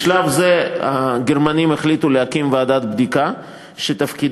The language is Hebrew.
בשלב זה הגרמנים החליטו להקים ועדת בדיקה שתפקידה